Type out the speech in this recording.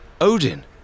Odin